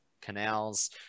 canals